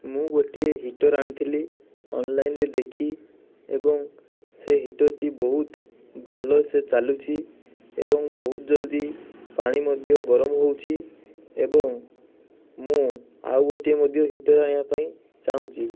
ମୁଁ ଗୋଟିଏ ହିଟର୍ ଆଣିଥିଲି ଅନଲାଇନ୍ରେ ଦେଖି ଏବଂ ସେ ହିଟର୍ଟି ବହୁତ ଭଲସେ ଚାଲୁଛି ଏବଂ ବହୁତ ଜଲ୍ଦି ପାଣି ମଧ୍ୟ ଗରମ ହେଉଛି ଏବଂ ମୁଁ ଆଉ ଗୋଟିଏ ମଧ୍ୟ ହିଟର୍ ଆଣିବାପାଇଁ ମଧ୍ୟ ଚାହୁଁଛି